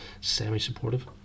semi-supportive